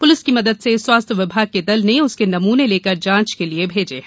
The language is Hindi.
पुलिस की मदद से स्वास्थ्य विभाग के दल ने उसके नमूने लेकर जांच के लिए भेजे हैं